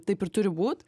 taip ir turi būt